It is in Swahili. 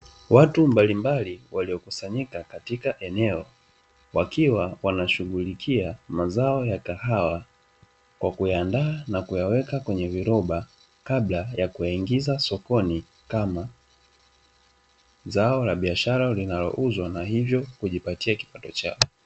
Watu mbalimbali waliokusanyika katika eneo, wakiwa wanashughulikia mazao ya kahawa, kwa kuyaandaa na kuyaweka kwenye viroba, kabla ya kuyaingiza sokoni kama zao la biashara linalouzwa, na hivyo kujipatia kipato chao.